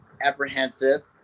apprehensive